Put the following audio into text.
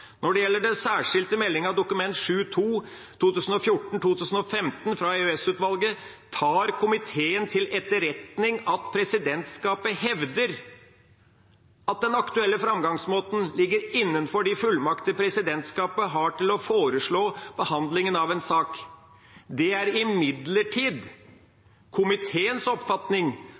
Når det gjelder den særskilte meldingen, Dokument 7:2 for 2014–2015 fra EOS-utvalget, tar komiteen til etterretning at presidentskapet hevder at den aktuelle framgangsmåten ligger innenfor de fullmakter presidentskapet har til å foreslå behandlingsmåten av en sak. Det er imidlertid komiteens oppfatning